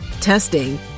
testing